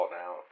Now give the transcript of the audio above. now